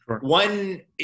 One